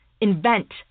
Invent